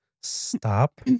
stop